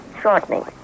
shortening